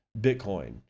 Bitcoin